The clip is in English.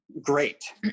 Great